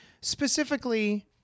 specifically